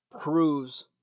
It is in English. proves